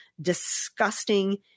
disgusting